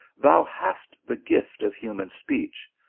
thou hast the gift of human speech.